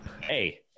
hey